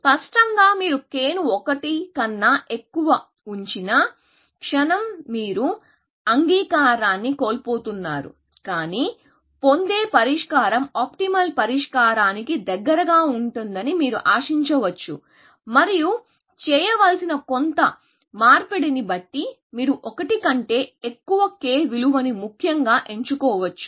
స్పష్టంగా మీరు k ను 1 కన్నా ఎక్కువఉంచిన క్షణం మీరు అంగీకారాన్ని కోల్పోతున్నారు కానీ పొందే పరిష్కారం ఆప్టిమల్ పరిష్కారానికి దగ్గరగా ఉంటుందని మీరు ఆశించవచ్చు మరియు చేయాల్సిన కొంత మార్పిడిని బట్టి మీరు 1 కంటే ఎక్కువ k విలువని ముఖ్యంగా ఎంచుకోవచ్చు